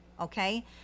okay